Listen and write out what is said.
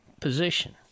position